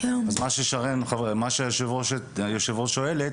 אז מה שהיושבת-ראש שואלת,